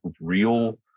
real